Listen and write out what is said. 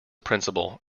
principal